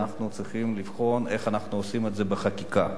אנחנו צריכים לבחון איך אנחנו עושים את זה בחקיקה.